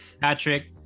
Patrick